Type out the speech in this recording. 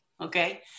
okay